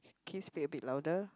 can you speak a bit louder